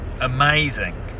amazing